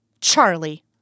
Charlie